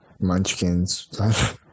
munchkins